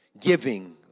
giving